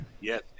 Yes